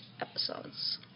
episodes